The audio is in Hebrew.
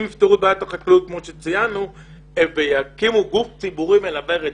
אם יפתרו את בעיית החקלאות כמו שציינו ויקימו גוף ציבורי מלווה רציני,